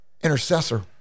intercessor